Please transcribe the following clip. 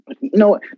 No